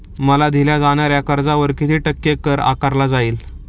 मला दिल्या जाणाऱ्या कर्जावर किती टक्के कर आकारला जाईल?